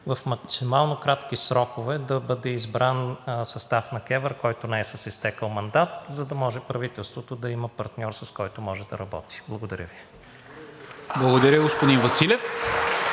в максимално кратки срокове да бъде избран състав на КЕВР, който не е с изтекъл мандат, за да може правителството да има партньор, с който може да работи. Благодаря Ви. (Ръкопляскания